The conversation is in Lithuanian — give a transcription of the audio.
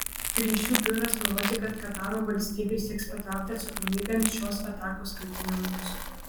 ryšių biuras nurodė kad kataro valstybė sieks patraukti atsakomybėn šios atakos kaltininkus